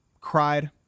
cried